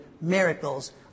miracles